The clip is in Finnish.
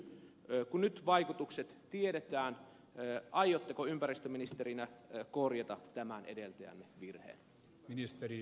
kun nyt vaikutukset tiedetään aiotteko ympäristöministerinä korjata tämän edeltäjänne virheen